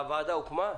הוועדה הוקמה?